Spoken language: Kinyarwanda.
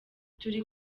turi